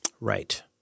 Right